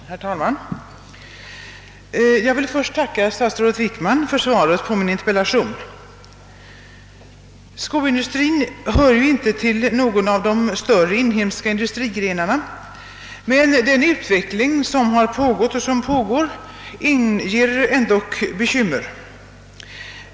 Herr talman! Jag vill först tacka statsrådet Wickman för svaret på min interpellation. Skoindustrin hör ju inte till de större inhemska industrigrenarna, men den utveckling som pågått och pågår inger dock bekymmer.